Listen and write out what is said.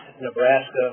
Nebraska